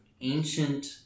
ancient